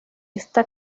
esta